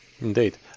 indeed